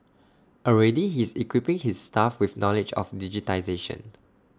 already he is equipping his staff with knowledge of digitisation